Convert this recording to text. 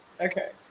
Okay